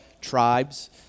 tribes